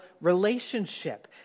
relationship